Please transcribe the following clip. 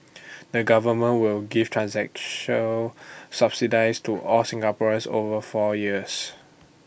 the government will give subsidies to all Singaporeans over four years